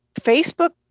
Facebook